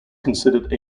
considered